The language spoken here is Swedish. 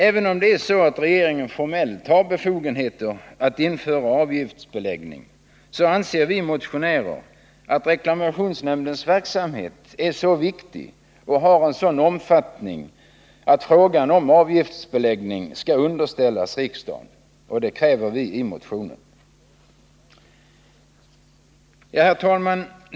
Även om det är så att regeringen formellt har befogenheten att införa avgiftsbeläggning, anser vi motionärer att reklamationsnämndens verksamhet är så viktig och har en sådan omfattning att frågan om avgiftsbeläggning skall underställas riksdagen. Detta kräver vi i motionen. Herr talman!